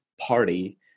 party